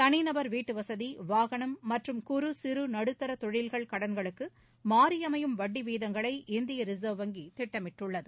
தனிநபர் வீட்டு வசதி வாகனம் மற்றும் குறு சிறு நடுத்தர தொழில்கள் கடன்களுக்கு மாறி அமையும் வட்டி வீதங்களை இந்திய ரிசர்வ் வங்கி திட்டமிட்டுள்ளது